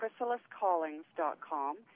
chrysaliscallings.com